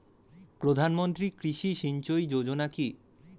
প্রধানমন্ত্রী কৃষি সিঞ্চয়ী যোজনা কি?